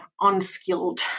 unskilled